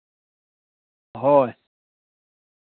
ᱦᱳᱭ